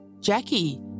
Jackie